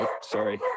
sorry